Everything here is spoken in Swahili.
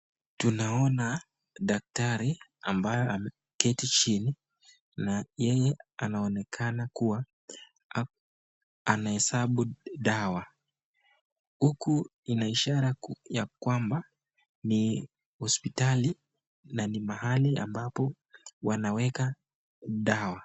Tunaona daktari ambaye ameketi chini na yeye anaonekana kua anahesabu dawa .Huku ina ishara kwamba huku ni hospitali na ni mahali ambapo wanaeka dawa.